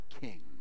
king